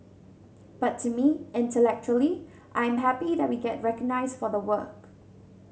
but to me intellectually I am happy that we get recognised for the work